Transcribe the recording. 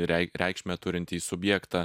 rei reikšmę turintį subjektą